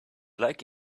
like